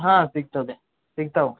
ಹಾಂ ಸಿಗ್ತದೆ ಸಿಗ್ತಾವೆ